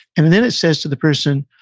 and then, it says to the person,